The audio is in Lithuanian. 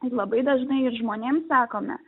ir labai dažnai ir žmonėms sakome